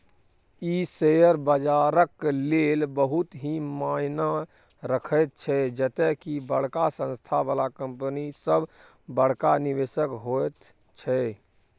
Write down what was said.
ई share बजारक लेल बहुत ही मायना रखैत छै जते की बड़का संस्था बला कंपनी सब बड़का निवेशक होइत छै